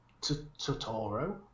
Totoro